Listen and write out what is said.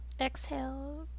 Exhale